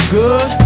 good